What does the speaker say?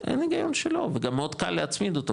אין היגיון שלא וגם מאוד קל להצמיד אותו,